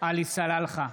עלי סלאלחה,